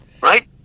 right